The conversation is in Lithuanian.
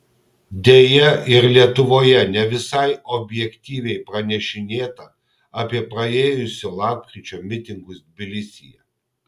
deja ir lietuvoje ne visai objektyviai pranešinėta apie praėjusio lapkričio mitingus tbilisyje